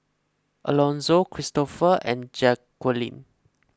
Elonzo Kristofer and Jacquelynn